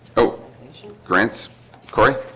oh grants cory